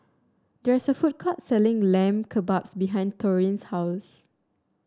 there is a food court selling Lamb Kebabs behind Taurean's house